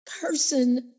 person